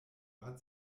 hat